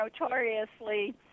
notoriously